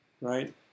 right